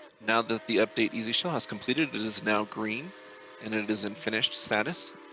now that the update easy shell has completed, it is now green and it is in finished status.